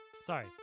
sorry